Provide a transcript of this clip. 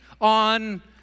on